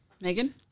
megan